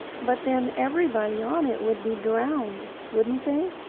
but then everybody on it would be drowned, wouldn't they?